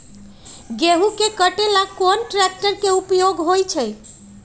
गेंहू के कटे ला कोंन ट्रेक्टर के उपयोग होइ छई?